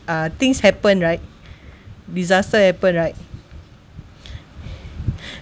uh things happen right disaster happen right